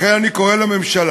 לכן אני קורא לממשלה